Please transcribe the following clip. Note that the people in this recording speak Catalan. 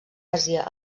àsia